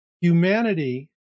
humanity—